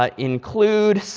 ah include